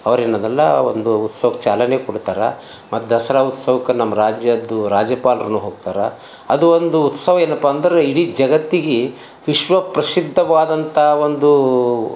ಅವ್ರು ಏನದಲ್ಲಾ ಒಂದು ಉತ್ಸವಕ್ಕೆ ಚಾಲನೆ ಕೊಡ್ತಾರೆ ಮತ್ತು ದಸರಾ ಉತ್ಸವಕ್ಕೆ ನಮ್ಮ ರಾಜ್ಯದ್ದು ರಾಜ್ಯಪಾಲರು ಹೋಗ್ತಾರೆ ಅದು ಒಂದು ಉತ್ಸವ ಏನಪ್ಪಾ ಅಂದ್ರ ಇಡೀ ಜಗತ್ತಿಗೆ ವಿಶ್ವಪ್ರಸಿದ್ದವಾದಂಥ ಒಂದು